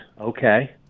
Okay